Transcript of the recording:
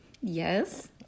Yes